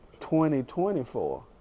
2024